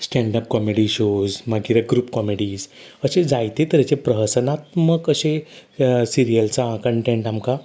stand-up comedy shows मागीर group comedies अशे जायते तरेचे प्रहसनात्मक अशे सिरियल्सां कंटेंटां आमकां